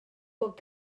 bod